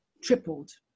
tripled